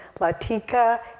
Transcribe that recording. Latika